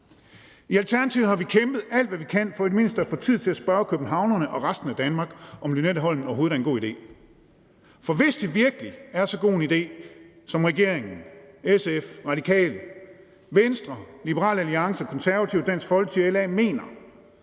I Alternativet har vi kæmpet alt, hvad vi kan, for i det mindste at få tid til at spørger københavnerne og resten af Danmark, om Lynetteholmen overhovedet er en god idé. For hvis det virkelig er så god en idé, som regeringen, SF, Radikale, Venstre, Liberal Alliance, Konservative, Dansk Folkeparti og LA mener,